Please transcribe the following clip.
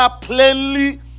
plainly